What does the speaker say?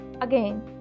again